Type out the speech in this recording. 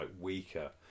weaker